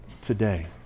Today